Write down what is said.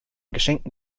geschenkten